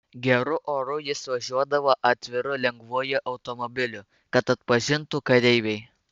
geru oru jis važiuodavo atviru lengvuoju automobiliu kad atpažintų kareiviai